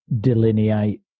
delineate